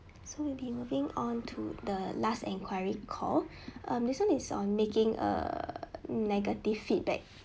so we'll be moving on to the last enquiry call um this [one] is on making a negative feedback